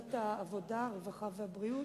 לוועדת העבודה, הרווחה והבריאות.